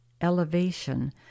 elevation